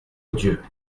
odieux